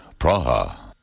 Praha